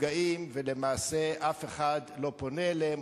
שנפגעים ולמעשה אף אחד לא פונה אליהם,